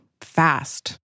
fast